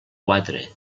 quatre